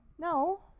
no